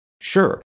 Sure